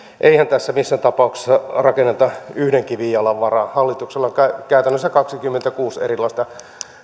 eihän tässä missään tapauksessa rakenneta yhden kivijalan varaan hallituksella on käytännössä kaksikymmentäkuusi erilaista